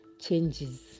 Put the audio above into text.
changes